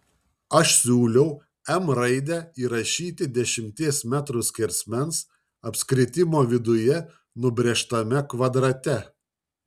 aš siūliau m raidę įrašyti dešimties metrų skersmens apskritimo viduje nubrėžtame kvadrate